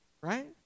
right